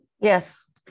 Yes